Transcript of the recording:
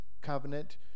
covenant